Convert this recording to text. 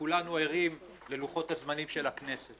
הרי כולנו ערים ללוחות הזמנים של הכנסת.